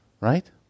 Right